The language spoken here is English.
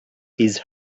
his